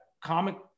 comic